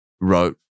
wrote